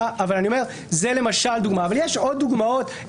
זו דוגמה, אבל יש עוד דוגמאות.